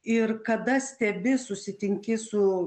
ir kada stebi susitinki su